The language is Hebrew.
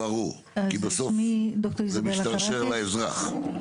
כן ברור כי בסוף זה משתרשר לאזרח.